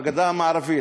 בגדה המערבית,